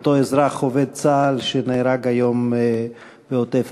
אותו אזרח עובד צה"ל שנהרג היום בעוטף-עזה,